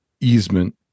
easement